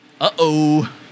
Uh-oh